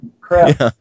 Crap